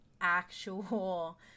actual